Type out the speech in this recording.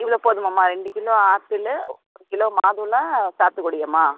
இவ்வளோ போதுமாம்மா ரெண்டு கிலோ ஆப்பிளு ஒரு கிலோ மாதுளை சாத்துக்குடியாம்மா